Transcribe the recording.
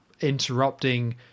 interrupting